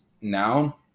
now